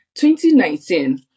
2019